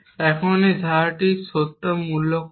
এখন এই ধারাটির সত্য মূল্য কত